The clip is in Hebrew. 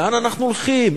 לאן אנחנו הולכים?